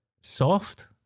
soft